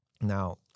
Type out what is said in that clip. Now